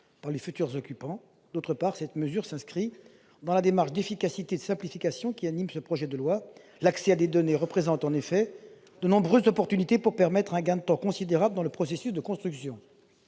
pour les futurs occupants des logements. D'autre part, cette mesure s'inscrit dans la démarche d'efficacité et de simplification qui anime le projet de loi. L'accès à des données représente en effet de nombreuses opportunités pour permettre un gain de temps considérable dans le processus de construction.